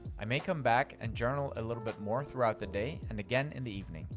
i may come back and journal a little bit more throughout the day, and again in the evening.